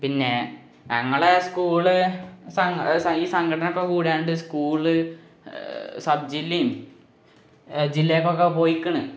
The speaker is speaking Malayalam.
പിന്നേ ഞങ്ങൾ സ്കൂൾ സങ് ഈ സംഘടന കൂടാണ്ട് സ്കൂൾ സബ് ജില്ലയും ജില്ലക്കൊക്കെ പോയിക്കിണ്